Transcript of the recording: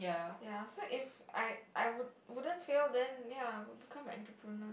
ya so if I I would~ wouldn't fail the ya I would become an entrepreneur